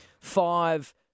five